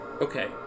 Okay